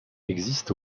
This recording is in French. existent